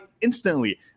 instantly